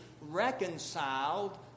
reconciled